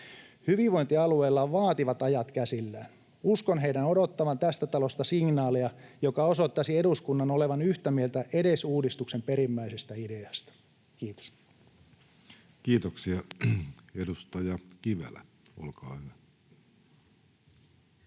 Hyvinvointialueilla on vaativat ajat käsillä. Uskon niiden odottavan tästä talosta signaalia, joka osoittaisi eduskunnan olevan yhtä mieltä edes uudistuksen perimmäisestä ideasta. — Kiitos. Kiitoksia. — Edustaja Kivelä, olkaa hyvä.